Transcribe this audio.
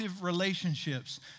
relationships